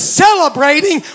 celebrating